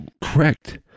correct